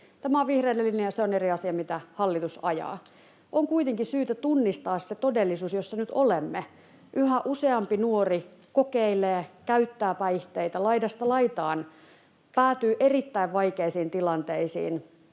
Tämä on vihreiden linja, ja se on eri asia, mitä hallitus ajaa. On kuitenkin syytä tunnistaa se todellisuus, jossa nyt olemme. Yhä useampi nuori kokeilee, käyttää päihteitä laidasta laitaan, päätyy erittäin vaikeisiin tilanteisiin,